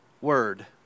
word